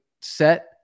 set